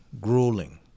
grueling